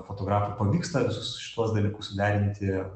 fotografui pavyksta visus šituos dalykus suderinti